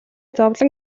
зовлон